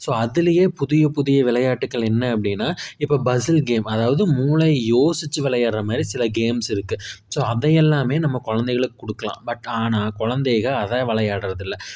so அதுலையே புதிய புதிய விளையாட்டுக்கள் என்ன அப்டின்னா இப்ப பஸில் கேம் அதாவது மூளையை யோசிச்சு விளையாடற மாதிரி சில கேம்ஸ் இருக்குது ஸோ நம்ம குழந்தைகளுக்கு கொடுக்கலாம் பட் ஆனால் குழந்தைக அதை விளையாடறதில்ல